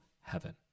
heaven